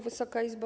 Wysoka Izbo!